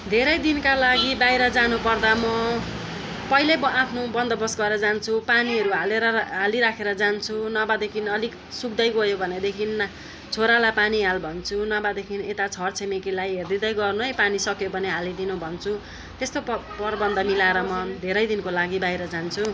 धेरै दिनका लागि बाहिर जानुपर्दा म पहिले ब आफ्नो बन्दोबस्त गरेर जान्छु पानीहरू हालेर हालिराखेर जान्छु नभएदेखि अलिक सुक्दै गयो भनेदेखि छोरालाई पानी हाल भन्छु नभएदेखि यता छरछिमेकीलाई हेरिदिँदै गर्नु है पानी सकियो भने हालिदिनु भन्छु त्यस्तो प प्रवन्ध मिलाएर म धेरै दिनको लागि बाहिर जान्छु